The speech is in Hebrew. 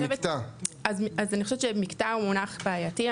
אז אני חושבת שמקטע הוא מונח בעייתי.